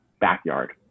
backyard